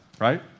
right